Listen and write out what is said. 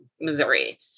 Missouri